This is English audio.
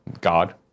God